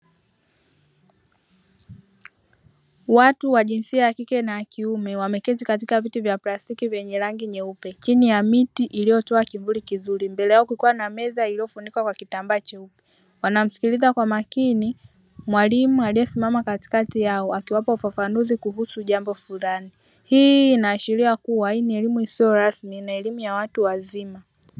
Watu wa jinsia ya kike na ya kiume wameketi katika viti vya plastiki vyenye rangi nyeupe chini ya miti iliyotoa kivuli kizuri mbele yao kukiwa na meza iliyofunikwa kwa kitambaa cheupe, wanamsikiliza kwa makini mwalimu aliyesimama katikati yao akiwapa kuhusu jambo flani. Hii inaashiria kuwa hii ni elimu isiyorasmi na elimu ya watu wazima.